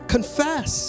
Confess